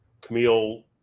Camille